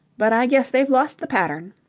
but i guess they've lost the pattern.